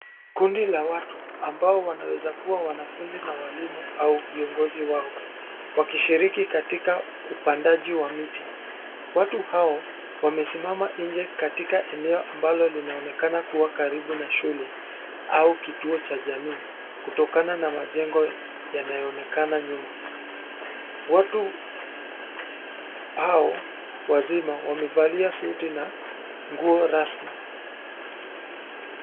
Kundi la watu, ambao wanaweza kuwa wanafunzi na walimu au viongozi wao, wakishiriki katika upandaji wa miti. Watu hao, wamesimama nje katika eneo ambalo linaonekana kuwa karibu na shule, au kituo cha jamii, kutokana na majengo, yanayoonekana nyuma. Watu, hao, wazima wamevalia suti na, nguo rasmi.